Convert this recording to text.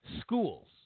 schools